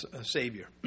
Savior